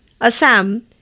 Assam